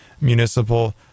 municipal